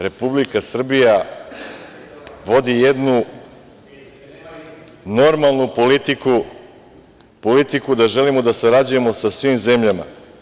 Republika Srbija vodi jednu normalnu politiku, politiku da želimo da sarađujemo sa svim zemljama.